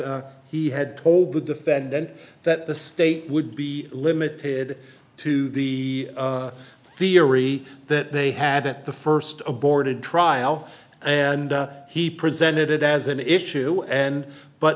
he had told the defendant that the state would be limited to the theory that they had at the first aborted trial and he presented it as an issue and but